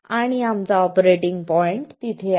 आणि आमचा operating point तिथे आहे